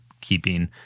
keeping